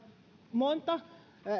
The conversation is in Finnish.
monta